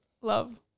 Love